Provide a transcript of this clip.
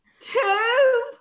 Two